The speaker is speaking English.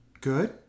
good